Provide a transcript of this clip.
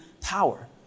power